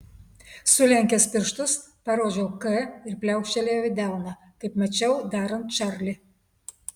sulenkęs pirštus parodžiau k ir pliaukštelėjau į delną kaip mačiau darant čarlį